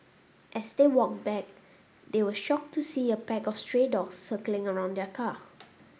as they walked back they were shocked to see a pack of stray dogs circling around their car